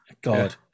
God